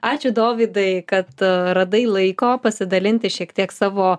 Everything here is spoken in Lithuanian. ačiū dovydai kad radai laiko pasidalinti šiek tiek savo